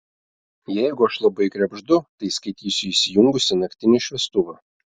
jeigu aš labai krebždu tai skaitysiu įsijungusi naktinį šviestuvą